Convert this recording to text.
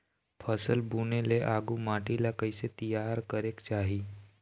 फसल बुने ले आघु माटी ला कइसे तियार करेक चाही?